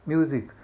Music